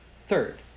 third